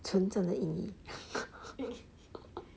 纯正的英语